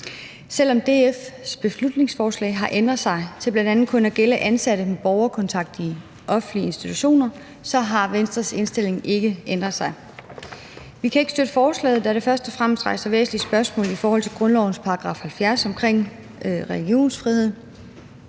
Selv om DF's beslutningsforslag har ændret sig til bl.a. kun at gælde ansatte med borgerkontakt i offentlige institutioner, har Venstres indstilling ikke ændret sig. Vi kan ikke støtte forslaget, da det først og fremmest rejser væsentlige spørgsmål i forhold til grundlovens § 70 om religionsfriheden.